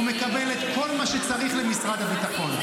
הוא מקבל את כל מה שצריך למשרד הביטחון.